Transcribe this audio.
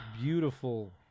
beautiful